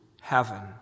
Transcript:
heaven